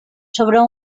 sobre